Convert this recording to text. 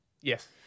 Yes